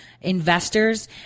investors